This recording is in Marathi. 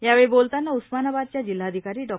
यावेळी बोलतावा उस्मानाबादच्या जिल्हाधिकारी डॉ